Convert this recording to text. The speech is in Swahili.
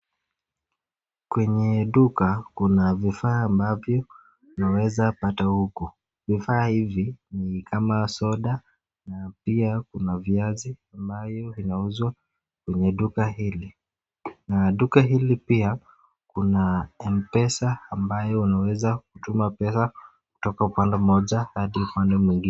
Kwenye duka kuna vifaa ambavyo vimeweza kupata huku, vifaa hivi ni kama soda na pia kuna viazi ambayo inauzwa kwenye duka hili, na duka hili pia kuna M Pesa ambayo unaweza kutuma pesa kutoka upande mmoja hadi upande mwingine.